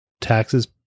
taxes